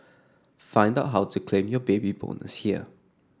find out how to claim your Baby Bonus here